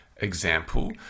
example